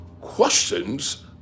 Questions